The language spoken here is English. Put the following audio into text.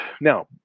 Now